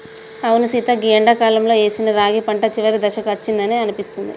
అవును సీత గీ ఎండాకాలంలో ఏసిన రాగి పంట చివరి దశకు అచ్చిందని అనిపిస్తుంది